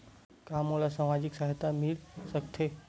का मोला सामाजिक सहायता मिल सकथे?